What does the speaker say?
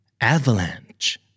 Avalanche